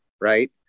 Right